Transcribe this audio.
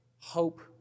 hope